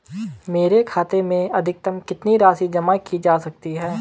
मेरे खाते में अधिकतम कितनी राशि जमा की जा सकती है?